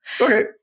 Okay